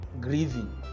grieving